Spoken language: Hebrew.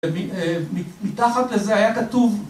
מתחת לזה היה כתוב